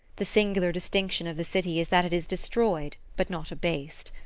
the singular distinction of the city is that it is destroyed but not abased.